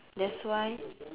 that's why